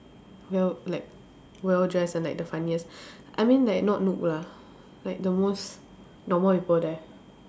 well like well dressed and like the funniest I mean like not noob lah like the most normal people there